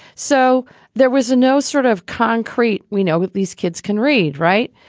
so there was no sort of concrete. we know that these kids can read, write.